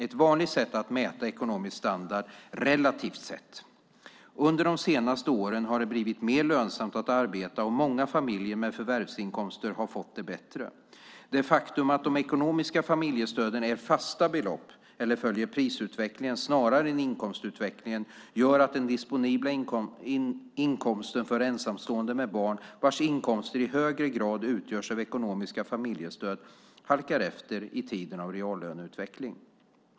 Ett vanligt sätt är att mäta ekonomisk standard relativt sett. Under de senaste åren har det blivit mer lönsamt att arbeta, och många familjer med förvärvsinkomst har fått det bättre. Det faktum att de ekonomiska familjestöden är fasta belopp eller följer prisutvecklingen snarare än inkomstutvecklingen gör att den disponibla inkomsten för ensamstående med barn - vars inkomster i högre grad utgörs av ekonomiska familjestöd - halkar efter i tider av reallöneutveckling.